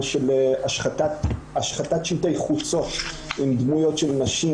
של השחתת שלטי חוצות עם דמויות של נשים.